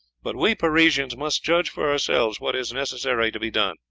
but we parisians must judge for ourselves what is necessary to be done.